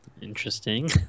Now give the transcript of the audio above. Interesting